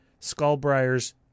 Skullbriar's